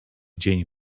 dzień